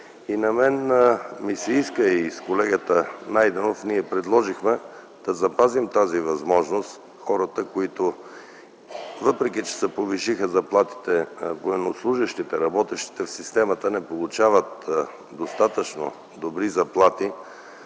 На мен ми се иска, и с колегата Найденов предложихме, да запазим тази възможност. Въпреки че се повишиха заплатите, военнослужещите, работещите в системата не получават достатъчно добри заплати.